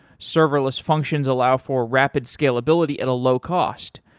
serverless functions allow for rapid scalability at a low cost.